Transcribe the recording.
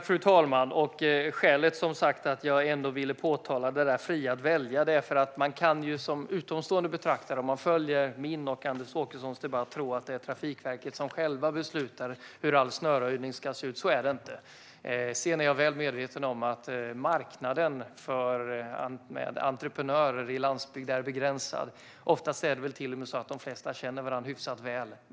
Fru talman! Skälet till att jag ändå ville påpeka det där om att man är fri att välja är att utomstående betraktare som följer min och Anders Åkessons debatt nog tror att det är Trafikverket som på egen hand beslutar om hur all snöröjning ska gå till. Så är det inte. Jag är väl medveten om att marknaden för entreprenörer i landsbygd är begränsad. Oftast är det väl till och med så att de flesta känner varandra hyfsat väl.